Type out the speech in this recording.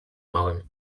małym